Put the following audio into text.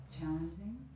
challenging